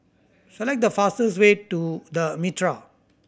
select the fastest way to The Mitraa